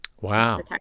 Wow